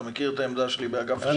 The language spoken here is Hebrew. אתה מכיר את העמדה שלי.